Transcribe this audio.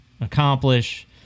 accomplish